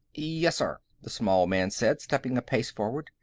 yes, sir, the small man said, stepping a pace forward.